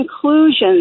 conclusions